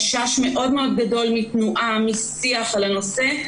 יש חשש מאוד גדול מתנועה ומשיח על הנושא.